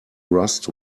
rust